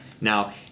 Now